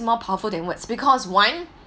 more powerful than words because one